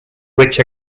which